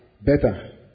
better